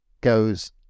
goes